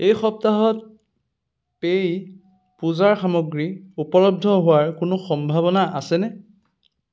এই সপ্তাহত পেই পূজাৰ সামগ্ৰী উপলব্ধ হোৱাৰ কোনো সম্ভাৱনা আছেনে